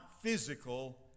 physical